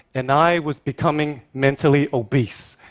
and i was becoming mentally obese.